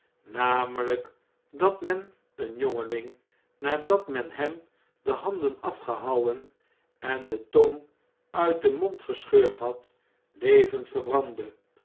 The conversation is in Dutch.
nameln'k dat meneenjongeling nadat men hem de handen afgehouwen en de tong uit den mond gescheurd had levend verbrandde